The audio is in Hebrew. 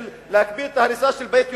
של להקפיא את ההריסה של "בית יהונתן"